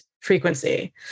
frequency